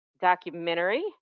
documentary